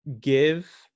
give